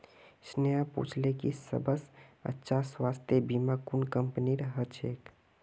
स्नेहा पूछले कि सबस अच्छा स्वास्थ्य बीमा कुन कंपनीर ह छेक